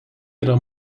yra